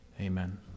Amen